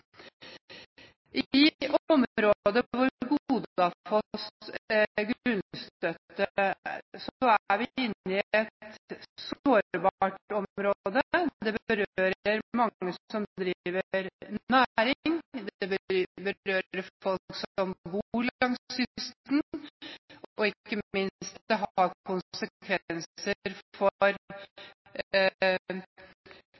«Godafoss» grunnstøtte i et sårbart område. Det berører mange som driver næring, det berører folk som bor langs kysten, og ikke minst har det konsekvenser for